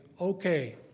okay